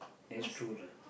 that's true lah